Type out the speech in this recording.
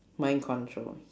mind control